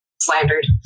slandered